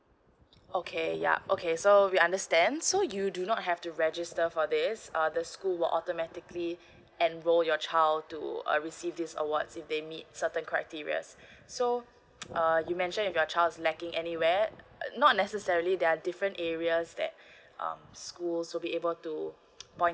okay yup okay so we understand so you do not have to register for this ah the school will automatically enroll your child to err receive this award if they meet certain criteria so err you mention if your child is lacking anywhere err not necessarily there're different areas that um school should be able to point